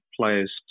players